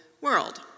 world